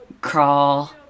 crawl